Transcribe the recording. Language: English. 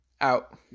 out